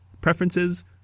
preferences